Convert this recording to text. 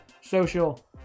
Social